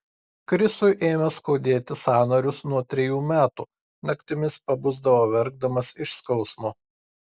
krisui ėmė skaudėti sąnarius nuo trejų metų naktimis pabusdavo verkdamas iš skausmo